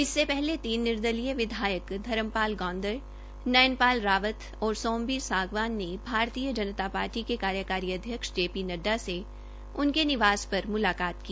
इससे पहले तीन निर्दलीय विधायक धर्मपाल गौंदर नयन पाल रावत और सोमवीर सांगवान ने भारतीय जनता पार्टी के कार्यकारी अध्यक्ष जे पी नड्डा से उनके निवास पर मुलाकात की